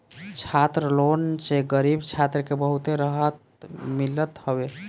छात्र लोन से गरीब छात्र के बहुते रहत मिलत हवे